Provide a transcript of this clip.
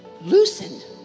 loosened